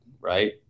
right